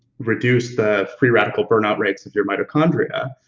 reduce the free radical burnout rates of your mitochondria,